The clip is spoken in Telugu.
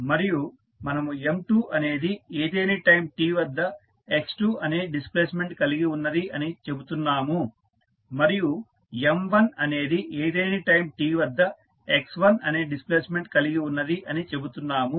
మరియు మనము M2 అనేది ఏదేని టైం t వద్ద x2 అనే డిస్ప్లేస్మెంట్ కలిగి ఉన్నది అని చెబుతున్నాము మరియు M1 అనేది ఏదేని టైం t వద్ద x1 అనే డిస్ప్లేస్మెంట్ కలిగి ఉన్నది అని చెబుతున్నాము